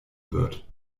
wird